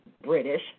British